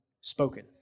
spoken